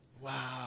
Wow